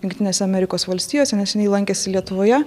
jungtinėse amerikos valstijose neseniai lankėsi lietuvoje